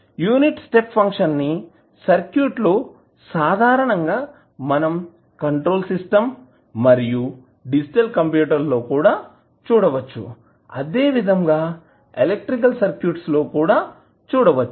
unit step function ని circuit లో సాధారణంగా మనం కంట్రోల్ సిస్టం మరియు డిజిటల్ కంప్యూటర్ లో కూడా చూడవచ్చు అదేవిధంగా ఎలక్ట్రికల్ సర్క్యూట్స్ లో కూడా చూడవచ్చు